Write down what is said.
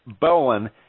Bowen